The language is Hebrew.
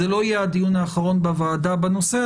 זה לא יהיה הדיון האחרון בוועדה בנושא,